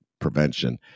prevention